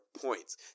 points